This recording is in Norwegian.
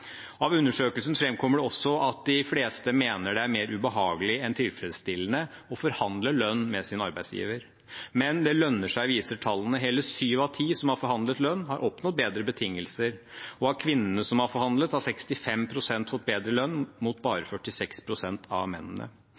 Av undersøkelsen framkommer det også at de fleste mener det er mer ubehagelig enn tilfredsstillende å forhandle lønn med sin arbeidsgiver. Men det lønner seg, viser tallene. Hele syv av ti som har forhandlet lønn, har oppnådd bedre betingelser. Av kvinnene som har forhandlet, har 65 pst. fått bedre lønn, mot bare 46 pst. av mennene.